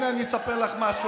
הינה, אני אספר לך משהו.